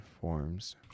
forms